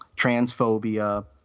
transphobia